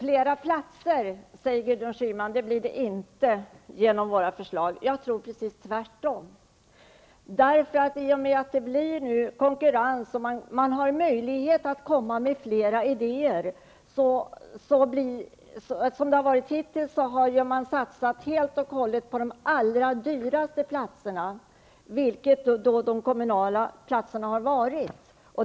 Herr talman! Det blir inte fler platser genom våra förslag, säger Gudrun Schyman. Jag tror att det är precis tvärtom, i och med att det nu blir konkurrens och större möjligheter att komma med flera idéer. Hittills har man satsat helt och hållet på de allra dyraste platserna, dvs. de kommunala platserna.